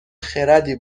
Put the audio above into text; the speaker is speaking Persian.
خردی